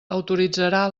autoritzarà